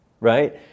right